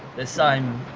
the same